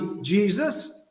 Jesus